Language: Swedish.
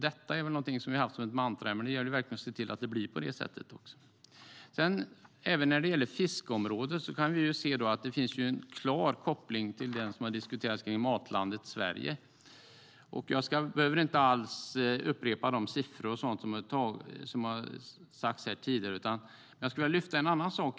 Detta har vi haft som mantra, men nu gäller det verkligen att se till att det också blir på det sättet. Även när det gäller fiskeområdet finns det en klar koppling till Matlandet Sverige. Jag behöver inte upprepa de siffror som har nämnts här tidigare, men jag vill lyfta fram en annan sak.